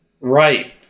Right